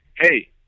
Hey